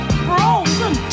frozen